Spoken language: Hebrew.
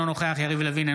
אינו נוכח יריב לוין,